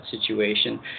situation